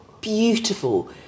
beautiful